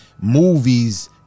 movies